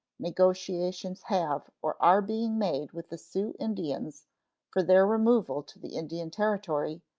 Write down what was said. negotiations have or are being made with the sioux indians for their removal to the indian territory,